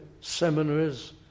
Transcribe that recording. seminaries